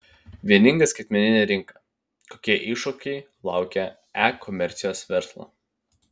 vieninga skaitmeninė rinka kokie iššūkiai laukia e komercijos verslo